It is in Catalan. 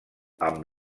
amb